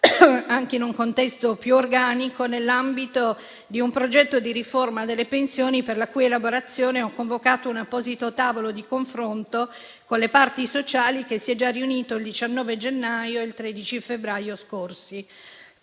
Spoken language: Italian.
anche in un contesto più organico, nell'ambito di un progetto di riforma delle pensioni, per la cui elaborazione ho convocato un apposito tavolo di confronto con le parti sociali, che si è già riunito il 19 gennaio e il 13 febbraio scorsi.